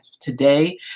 today